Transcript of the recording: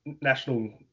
national